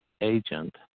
agent